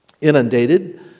inundated